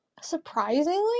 surprisingly